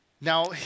Now